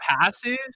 passes